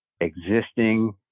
existing –